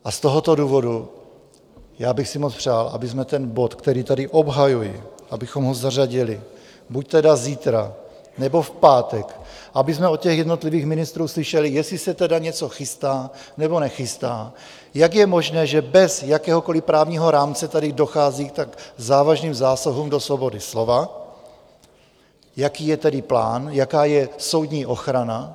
A z tohoto důvodu bych si moc přál, abychom ten bod, který tady obhajuji, abychom ho zařadili buď zítra, nebo v pátek, abychom od jednotlivých ministrů slyšeli, jestli se tedy něco chystá, nebo nechystá, jak je možné, že bez jakéhokoliv právního rámce tady dochází k tak závažným zásahům do svobody slova, jaký je tedy plán, jaká je soudní ochrana.